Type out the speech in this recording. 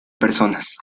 personas